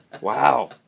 Wow